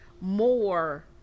more